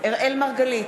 אראל מרגלית,